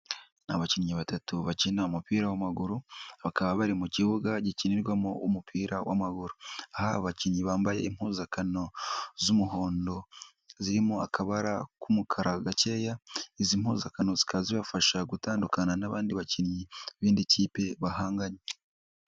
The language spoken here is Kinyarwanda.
Abakinnyi batatu bakina umupira w'amaguru bakaba bari mu kibuga gikinirwamo umupira w'amaguru, aha abakinnyi bambaye impuzankano z'umuhondo zirimo akabara k'umukara gakeya, izi mpuzankano zikaba zibafasha gutandukana n'abandi bakinnyi b'indi kipe bahanganye.